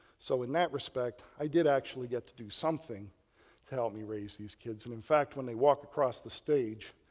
so, in that respect, i did actually get to do something to help me raise these kids. and in fact when they walk across the stage,